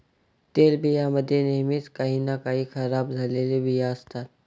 तेलबियां मध्ये नेहमीच काही ना काही खराब झालेले बिया असतात